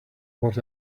what